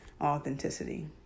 authenticity